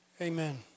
amen